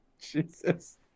Jesus